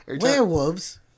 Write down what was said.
werewolves